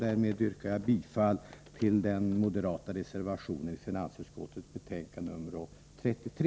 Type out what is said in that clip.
Därmed yrkar jag bifall till den moderata reservationen vid finansutskottets betänkande nr 33.